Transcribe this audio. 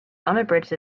unabridged